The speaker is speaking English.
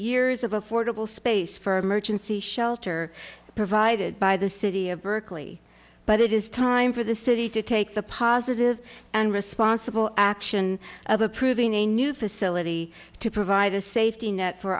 years of affordable space for emergency shelter provided by the city of berkeley but it is time for the city to take the positive and responsible action of approving a new facility to provide a safety net for